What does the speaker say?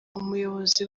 umuyobozi